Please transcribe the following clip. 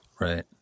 Right